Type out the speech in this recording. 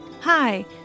Hi